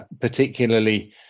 particularly